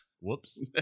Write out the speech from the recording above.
Whoops